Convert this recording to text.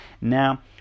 Now